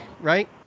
right